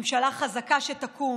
ממשלה חזקה שתקום,